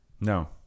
no